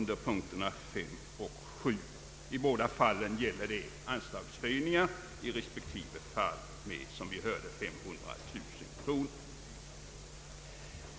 Det gäller i båda fallen anslagshöjningar med 500 000 kronor.